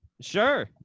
Sure